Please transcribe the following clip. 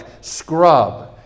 scrub